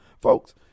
Folks